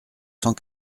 cent